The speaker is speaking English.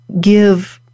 give